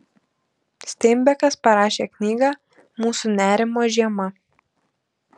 steinbekas parašė knygą mūsų nerimo žiema